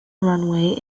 runway